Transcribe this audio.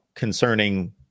concerning